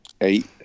Eight